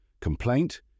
Complaint